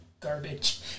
garbage